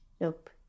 nope